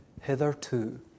Hitherto